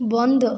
বন্ধ